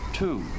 two